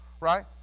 right